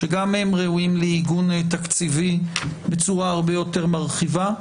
שגם הן ראויות לעיגון תקציבי בצורה הרבה יותר מרחיבה.